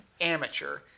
Amateur